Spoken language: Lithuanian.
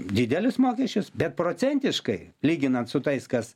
didelius mokesčius bet procentiškai lyginant su tais kas